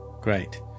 great